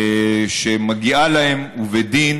שמגיעה להם, ובדין,